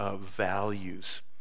values